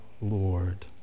Lord